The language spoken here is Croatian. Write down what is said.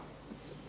Hvala